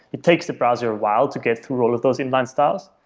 it takes the browser a while to get through all of those inline styles.